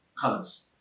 colors